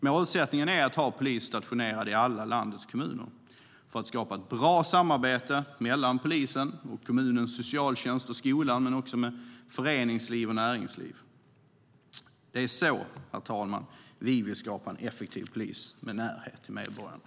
Målsättningen är att ha polis stationerad i alla landets kommuner för att skapa ett bra samarbete mellan polisen, kommunens socialtjänst och skolan men också med föreningsliv och näringsliv. Det är så, herr talman, vi vill skapa en effektiv polis med närhet till medborgarna.